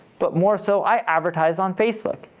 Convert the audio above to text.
but more so, i advertise on facebook.